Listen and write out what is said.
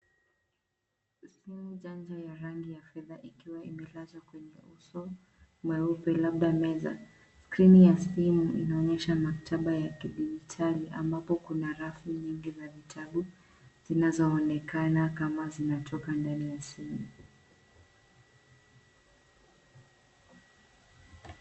Simu janja ya rangi ya fedha ikiwa imelazwa kwenye uso mweupe labda meza. Skrini ya simu inaonyesha maktaba ya kidijitali ambapo kuna rafu nyingi za vitabu ambazo zinaonekana kama zinatoka ndani ya simu.